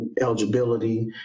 eligibility